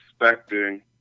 expecting